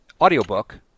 audiobook